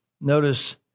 Notice